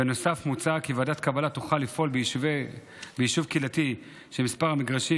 בנוסף מוצע כי ועדת קבלה תוכל לפעול ביישוב קהילתי שמספר המגרשים